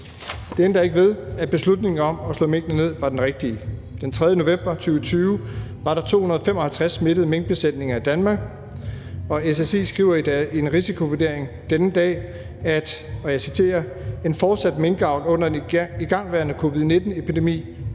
Det ændrer ikke ved, at beslutningen om at slå minkene ned var den rigtige. Den 3. november 2020 var der 255 smittede minkbesætninger i Danmark, og SSI skriver i en risikovurdering samme dag, »at en fortsat minkavl under en igangværende COVID-19 epidemi